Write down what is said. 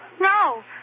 No